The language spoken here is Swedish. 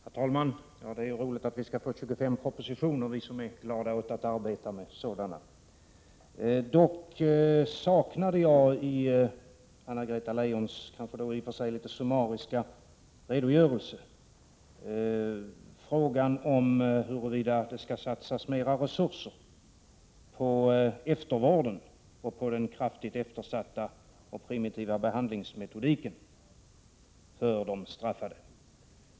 Herr talman! Det är roligt att vi skall få 25 propositioner, vi som är glada åt att arbeta med sådana. Dock saknade jag, i Anna-Greta Leijons i och för sig litet summariska redogörelse, frågan om huruvida det skall satsas mera resurser på eftervården och på den kraftigt eftersatta och primitiva behandlingsmetodiken för de straffade.